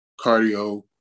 cardio